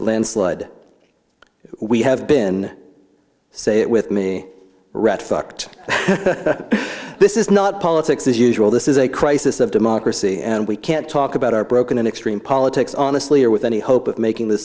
landslide we have been say it with me right fucked this is not politics as usual this is a crisis of democracy and we can't talk about our broken and extreme politics honestly or with any hope of making the